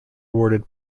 awarded